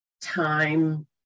time